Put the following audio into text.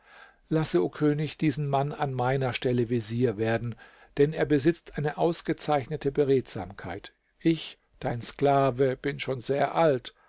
lasse o könig diesen mann an meiner stelle vezier werden denn er besitzt eine ausgezeichnete beredsamkeit ich dein sklave bin schon sehr alt